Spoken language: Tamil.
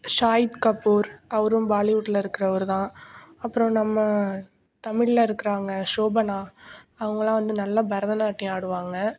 சாய்த் கபூர் அவரும் பாலிவுட்டில் இருக்கிறவரு தான் அப்புறம் நம்ம தமிழில் இருக்கிறாங்க சோபனா அவங்கள்லாம் வந்து நல்ல பரதநாட்டியம் ஆடுவாங்க